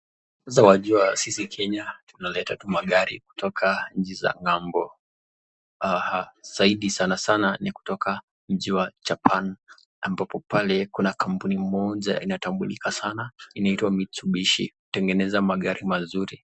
Sasa wajua sisi Kenya tunaleta tu magari kutoka nchi za ng'ambo. Zaidi sana sana ni kutoka mji wa Japan ambapo pale kuna kampuni moja inatambulika sana inaitwa mitsubishi, hutengeneza magari mazuri.